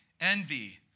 envy